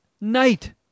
Night